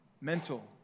mental